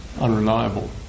unreliable